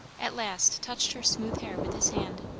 at last touched her smooth hair with his hand.